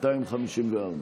הסתייגות 254